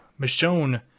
Michonne